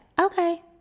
okay